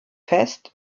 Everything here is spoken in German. fest